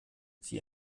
sie